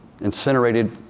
incinerated